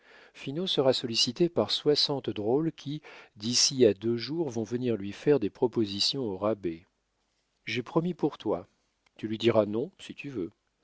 finot sera sollicité par soixante drôles qui d'ici à deux jours vont venir lui faire des propositions aux rabais j'ai promis pour toi tu lui diras non si tu veux